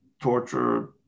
torture